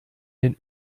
den